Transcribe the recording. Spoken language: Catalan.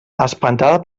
espantada